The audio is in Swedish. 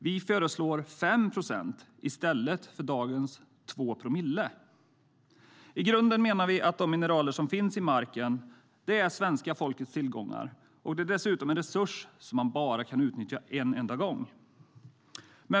Vi föreslår 5 procent i stället för dagens 2 promille. Vi menar att de mineraler som finns i marken är svenska folkets tillgångar. Det är dessutom en resurs som bara kan utnyttjas en enda gång.